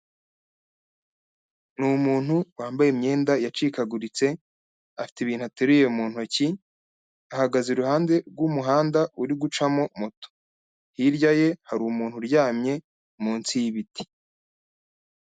Ni umuntu wambaye imyenda yacikaguritse, afite ibintu ateruye mu ntoki, ahagaze iruhande rw'umuhanda uri gucamo moto, hirya ye hari umuntu uryamye munsi y'ibiti.